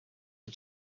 are